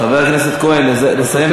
חבר הכנסת כהן, לסיים בבקשה.